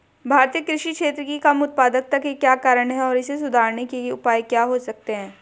भारतीय कृषि क्षेत्र की कम उत्पादकता के क्या कारण हैं और इसे सुधारने के उपाय क्या हो सकते हैं?